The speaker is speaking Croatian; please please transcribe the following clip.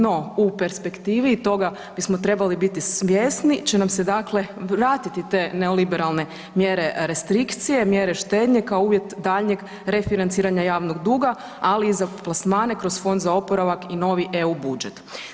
No, u perspektivi toga bismo trebali biti svjesni će nam se dakle vratiti te neliberalne mjere restrikcije, mjere štednje kao uvjet daljnjeg refinanciranja javnog duga, ali i za plasmane kroz Fond za oporavak i novi EU budžet.